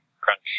crunch